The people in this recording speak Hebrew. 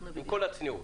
עם כל הצניעות.